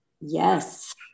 Yes